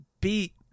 beat